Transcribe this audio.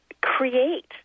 create